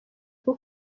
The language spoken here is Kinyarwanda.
bwo